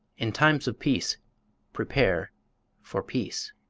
in times of peace prepare for peace.